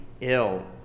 ill